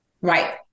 Right